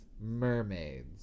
Mermaids